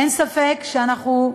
אין ספק שאנחנו,